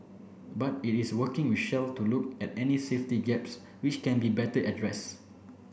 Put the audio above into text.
but it is working with Shell to look at any safety gaps which can be better addressed